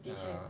ah